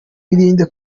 irinde